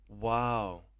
Wow